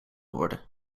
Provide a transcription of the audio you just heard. worden